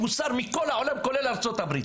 יותר מכל העולם כולל ארצות הברית.